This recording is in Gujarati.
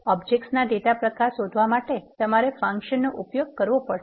ઓબજેક્ટ ના ડેટા પ્રકાર શોધવા માટે તમારે ફંકશન નો ઉપયોગ કરવો પડશે